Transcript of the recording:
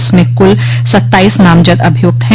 इसमें कुल सत्ताईस नामजद अभियूक्त है